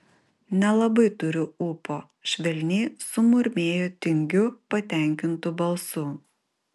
nelabai turiu ūpo švelniai sumurmėjo tingiu patenkintu balsu